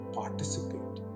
participate